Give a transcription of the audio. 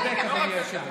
באמת אין מה להתייחס.